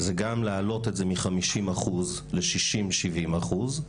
זה גם להעלות את זה מחמישים אחוז לשישים-שבעים אחוז.